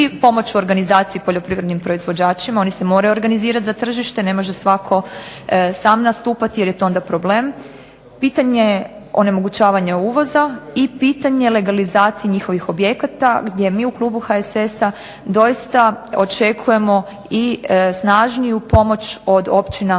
pomoć u organizaciji poljoprivrednim proizvođačima oni se moraju organizirati za tržište, ne može svatko sam nastupati jer je to onda problem, pitanje onemogućavanja uvoza i pitanje legalizacije njihovih objekata gdje mi u klubu HSS-a doista očekujemo i snažniju pomoć od općina